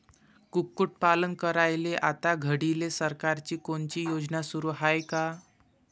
कुक्कुटपालन करायले आता घडीले सरकारची कोनची योजना सुरू हाये का?